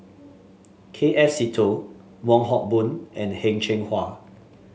K F Seetoh Wong Hock Boon and Heng Cheng Hwa